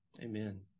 amen